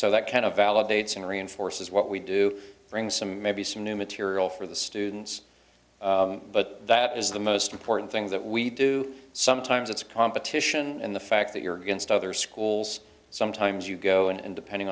so that kind of validates and reinforces what we do bring some maybe some new material for the students but that is the most important thing that we do sometimes it's competition and the fact that you're against other schools sometimes you go in and depending